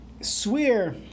Swear